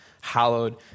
hallowed